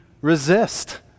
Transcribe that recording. resist